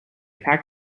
packed